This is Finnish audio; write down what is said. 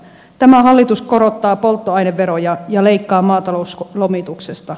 tämä hallitus korottaa polttoaineveroja ja leikkaa maatalouslomituksesta